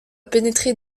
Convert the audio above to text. pénétré